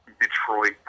Detroit